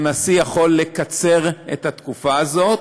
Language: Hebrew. הנשיא יכול לקצר את התקופה הזאת.